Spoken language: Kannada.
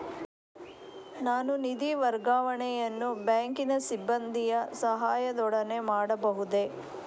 ನಾನು ನಿಧಿ ವರ್ಗಾವಣೆಯನ್ನು ಬ್ಯಾಂಕಿನ ಸಿಬ್ಬಂದಿಯ ಸಹಾಯದೊಡನೆ ಮಾಡಬಹುದೇ?